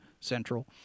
Central